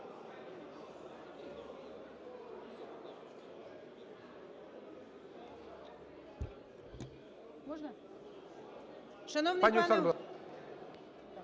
Дякую.